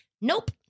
Nope